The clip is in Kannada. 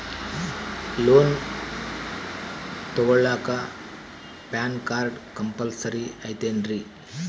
ಲೋನ್ ತೊಗೊಳ್ಳಾಕ ಪ್ಯಾನ್ ಕಾರ್ಡ್ ಕಂಪಲ್ಸರಿ ಐಯ್ತೇನ್ರಿ?